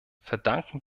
verdanken